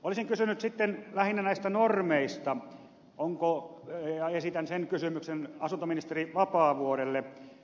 olisin kysynyt sitten lähinnä näistä normeista ja esitän sen kysymyksen asuntoministeri vapaavuorelle